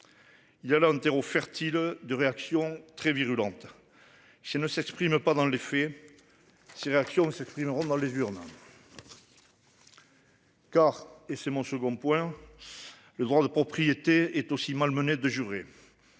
Il y a là un terreau fertile de réaction très virulente chez ne s'exprime pas dans les faits. Ces réactions ne s'exprimeront dans les urnes. Car et c'est mon second point. Le droit de propriété est aussi malmenée de jurés.